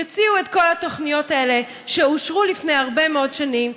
יוציאו את כל התוכניות האלה שאושרו לפני הרבה מאוד שנים,